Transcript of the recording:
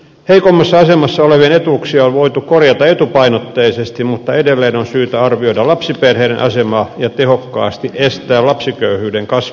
heikommassa asemassa olevien etuuksia on voitu korjata etupainotteisesti mutta edelleen on syytä arvioida lapsiperheiden asemaa ja tehokkaasti estää lapsiköyhyyden kasvu